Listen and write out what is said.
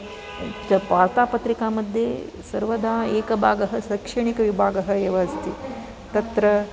अपि च वार्तापत्रिका मध्ये सर्वदा एकभाग शैक्षणिकविभाग एव अस्ति तत्र